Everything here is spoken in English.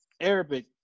Arabic